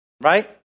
right